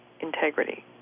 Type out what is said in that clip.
integrity